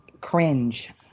cringe